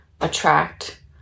attract